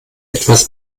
etwas